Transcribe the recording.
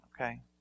Okay